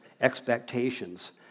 expectations